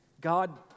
God